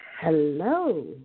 Hello